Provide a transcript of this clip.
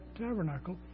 tabernacle